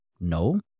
No